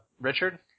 Richard